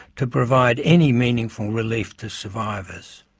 to provide any meaningful relief to survivors.